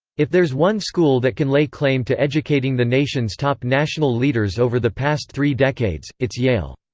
if there's one school that can lay claim to educating the nation's top national leaders over the past three decades, it's yale.